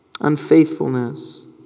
Unfaithfulness